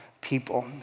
people